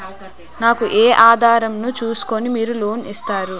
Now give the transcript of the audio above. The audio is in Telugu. నాకు ఏ ఆధారం ను చూస్కుని మీరు లోన్ ఇస్తారు?